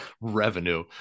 revenue